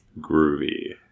Groovy